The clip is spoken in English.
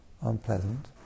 unpleasant